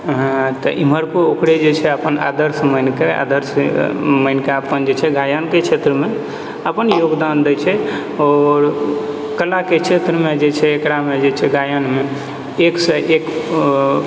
तऽ इम्हरको ओकरे जे छै अपन आदर्श मानि कऽ आदर्श मानि कऽ अपन जे छै गायनके क्षेत्रमे अपन योगदान दै छै आओर कलाके क्षेत्रमे जे छै एकरामे जे छै गायनमे एक सँ एक